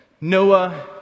Noah